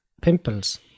pimples